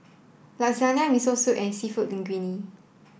Lasagna Miso Soup and Seafood Linguine